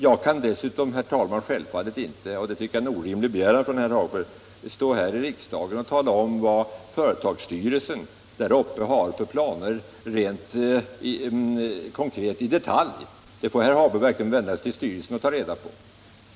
Jag kan dessutom, herr talman, självfallet inte — det tycker jag är en orimlig begäran av herr Hagberg — stå här i riksdagen och tala om vad företagsstyrelsen där uppe har för planer rent konkret i detalj. Det får herr Hagberg vända sig till styrelsen och ta reda på.